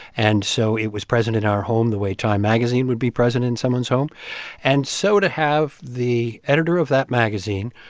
and so it was present in our home the way time magazine would be present in someone's home and so to have the editor of that magazine,